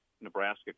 Nebraska